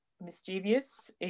mischievous